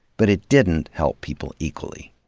but it didn't help people equally.